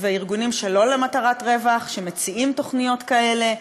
וארגונים שלא למטרת רווח שמציעים תוכניות כאלה.